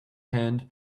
hand